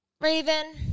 Raven